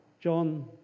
John